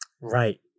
Right